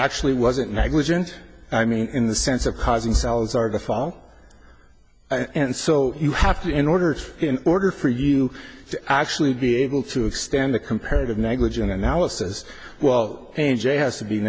actually wasn't negligent i mean in the sense of causing cells are to fall and so you have to in order to in order for you to actually be able to extend the comparative negligence analysis well a j has to be